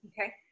Okay